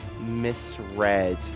misread